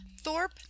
Thorpe